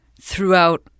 throughout